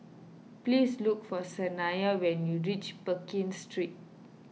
please look for Saniya when you reach Pekin Street